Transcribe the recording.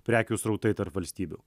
prekių srautai tarp valstybių